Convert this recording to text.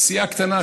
סיעה קטנה,